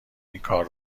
اینکار